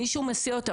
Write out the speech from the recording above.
מישהו מסיע אותם.